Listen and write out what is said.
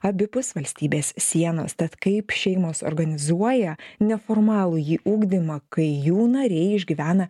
abipus valstybės sienos tad kaip šeimos organizuoja neformalųjį ugdymą kai jų nariai išgyvena